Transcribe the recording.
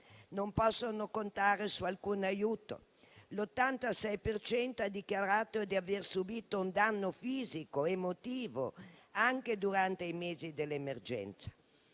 non possono contare su alcun aiuto; l'86 per cento ha dichiarato di aver subito un danno fisico ed emotivo anche durante i mesi dell'emergenza;